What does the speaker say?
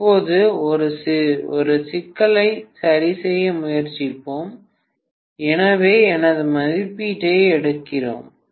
இப்போது ஒரு சிக்கலைச் சரிசெய்ய முயற்சிப்பேன் எனவே எனது மதிப்பீட்டை எடுக்கிறேன்